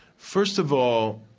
first of all,